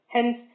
Hence